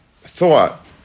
thought